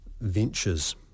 Ventures